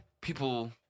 people